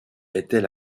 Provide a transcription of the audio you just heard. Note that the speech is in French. était